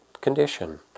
condition